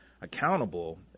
accountable